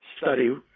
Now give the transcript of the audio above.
study